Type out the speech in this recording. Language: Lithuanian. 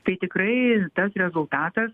tai tikrai tas rezultatas